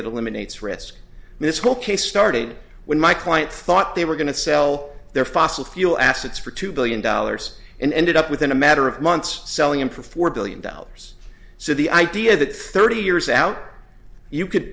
that eliminates risk and this whole case starting when my client thought they were going to sell their fossil fuel assets for two billion dollars and ended up within a matter of months selling them for four billion dollars so the idea that thirty years out you could